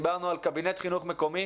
דיברנו על קבינט חינוך מקומי,